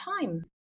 time